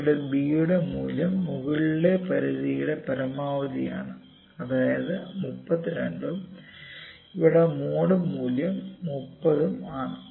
ഇവിടെ ബി യുടെ മൂല്യം മുകളിലുള്ള പരിധിയുടെ പരമാവധി ആണ് അതായത് 32 ഉം ഇവിടെ മോഡ് മൂല്യം 30 ഉം ആണ്